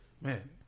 man